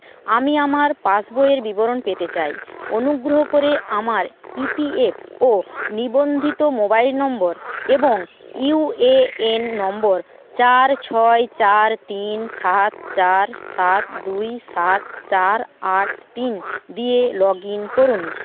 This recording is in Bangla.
আমি আমার পাসবইয়ের বিবরণ পেতে চাই অনুগ্রহ করে আমার ই পি এফ ও নিবন্ধিত মোবাইল নম্বর এবং ইউ এ এন নম্বর চার ছয় চার তিন সাত চার সাত দুই সাত চার আট তিন দিয়ে লগ ইন করুন